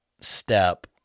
step